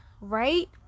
right